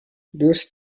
دوست